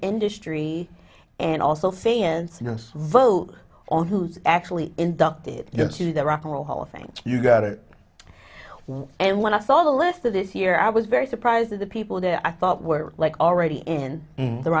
industry and also say and vote on who's actually inducted into the rock and roll hall of fame you got it once and when i saw the list of this year i was very surprised that the people that i thought were like already in the